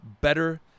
better